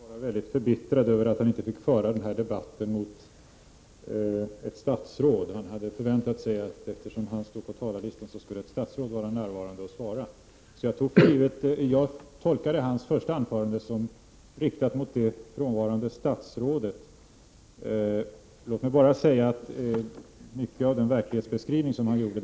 Herr talman! Per Gahrton började med att vara mycket förbittrad över att han inte fick föra den här debatten med ett statsråd. Eftersom han stod på talarlistan hade han förväntat sig att ett statsråd skulle vara närvarande och svara. Jag tolkade därför hans första anförande såsom riktat till det frånvarande statsrådet. Låt mig bara säga att jag inte känner igen mycket av den verklighetsbeskrivning som han gjorde.